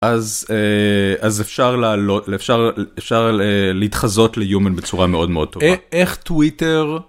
אז אה. אז אה. אפשר להעלות.אפשר.אפשר להתחזות לhuman בצורה מאוד מאוד טובה. איך.איך טוויטר.